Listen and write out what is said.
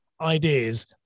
ideas